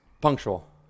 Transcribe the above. punctual